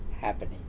happening